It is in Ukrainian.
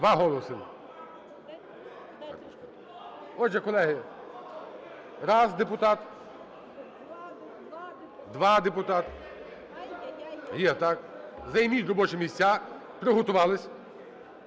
Два голоси. Отже, колеги… Раз депутат, два депутат! Займіть робочі місця. Приготувалися.